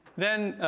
then